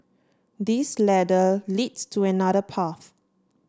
this ladder leads to another path